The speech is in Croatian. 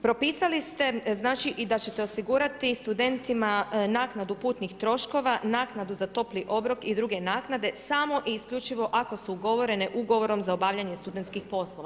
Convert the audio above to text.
Propisali ste i da ćete osigurati studentima naknadu putnih troškova, naknadu za topli obrok i druge naknade samo i isključivo ako su ugovorene ugovorom za obavljanje studentskih poslova.